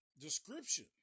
description